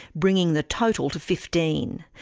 bringing the total to fifteen.